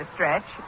Stretch